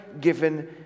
given